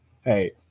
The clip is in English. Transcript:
hey